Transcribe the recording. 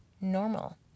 normal